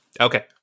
okay